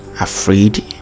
afraid